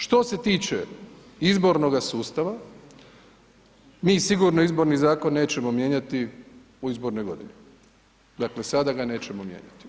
Što se tiče izbornoga sustava, mi sigurno Izborni zakon nećemo mijenjati u izbornog godini, dakle sada ga nećemo mijenjati.